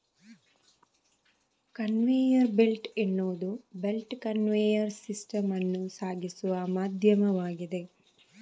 conveyor belt ಎನ್ನುವುದು belt conveyor system ಅನ್ನು ಸಾಗಿಸುವ ಮಾಧ್ಯಮವಾಗಿದೆ